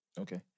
Okay